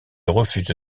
refuse